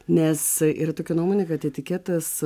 nes yra tokia nuomonė kad etiketas